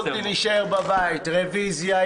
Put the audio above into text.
יכולתי להישאר בבית רביזיה,